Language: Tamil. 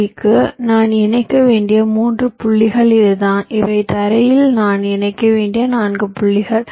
டிக்கு நான் இணைக்க வேண்டிய 3 புள்ளிகள் இதுதான் இவை தரையில் நான் இணைக்க வேண்டிய 4 புள்ளிகள்